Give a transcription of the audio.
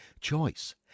Choice